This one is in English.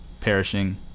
perishing